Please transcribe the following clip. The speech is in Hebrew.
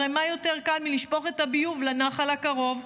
הרי מה יותר קל מלשפוך את הביוב לנחל הקרוב?